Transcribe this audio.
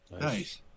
Nice